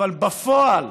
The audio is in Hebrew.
אבל בפועל,